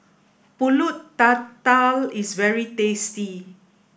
Pulut Tatal is very tasty